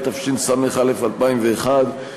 התשס"א 2001,